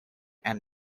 and